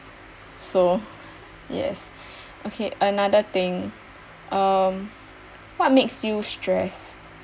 so yes okay another thing um what makes you stressed